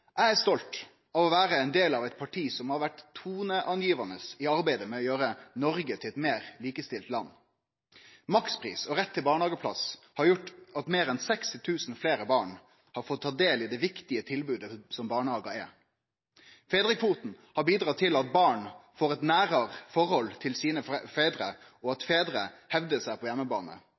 Eg er stolt over å representere eit parti som har vore toneangivande i arbeidet med å gjere Noreg til eit meir likestilt land. Makspris og rett til barnehageplass har gjort at meir enn 60 000 fleire barn har fått ta del i det viktige tilbodet som barnehagar er. Fedrekvoten har bidratt til at barn får eit nærare forhold til fedrane sine, og at fedrar hevdar seg på